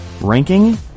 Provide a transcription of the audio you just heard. ranking